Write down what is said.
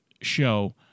show